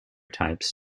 types